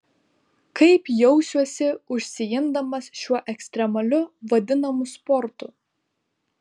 kaip jausiuosi užsiimdamas šiuo ekstremaliu vadinamu sportu